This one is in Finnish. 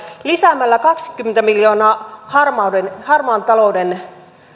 lisäämällä kaksikymmentä miljoonaa harmaan talouden